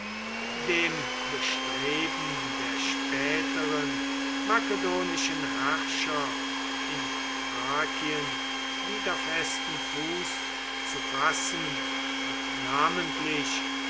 dem bestreben der späteren makedonischen herrscher in thrakien wieder festen fuß zu fassen und namentlich